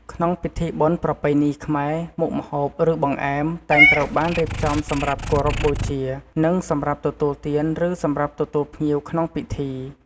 ក្នុងពិធីបុណ្យប្រពៃណីខ្មែរ មុខម្ហូបឬបង្អែម តែងត្រូវបានរៀបចំសម្រាប់គោរពបូជានិង សម្រាប់ទទួលទាន ឬសម្រាប់ទទួលភ្ញៀវក្នុងពិធី ។